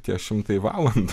tie šimtai valandų